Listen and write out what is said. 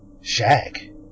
Shag